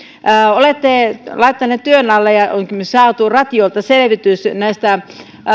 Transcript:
olette laittaneet työn alle ja onkin saatu ratialta selvitys näistä